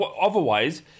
Otherwise